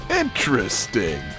interesting